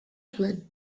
zuen